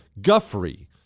Guffrey